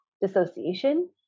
dissociation